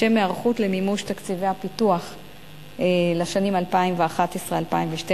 לשם היערכות למימוש תקציבי הפיתוח לשנים 2011 2012,